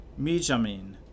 Mijamin